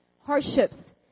hardships